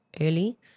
early